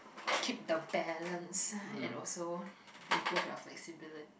keep the balance and also improve your flexibility